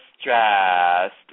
stressed